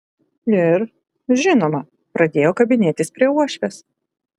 ir žinoma pradėjo kabinėtis prie uošvės